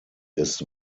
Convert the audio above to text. ist